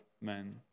men